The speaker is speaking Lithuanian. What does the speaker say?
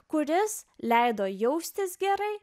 kuris leido jaustis gerai